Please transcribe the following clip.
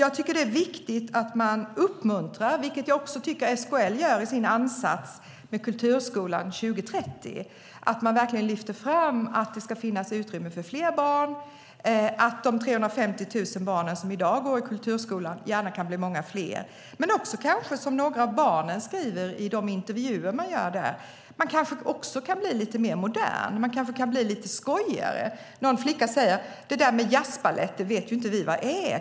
Jag tycker att det är viktigt att man uppmuntrar, vilket jag tycker att SKL gör i sin ansats med Kulturskolan 2030, och verkligen lyfter fram att det ska finnas utrymme för fler barn, att de 350 000 barn som i dag går i kulturskolan gärna kan bli många fler. Kanske kan man göra som några av barnen föreslår i de intervjuer man gjort. Man kanske kan bli lite mer modern. Man kanske kan bli lite skojare. Någon flicka säger: Det där med jazzbalett vet inte vi vad det är.